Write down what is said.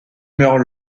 meurt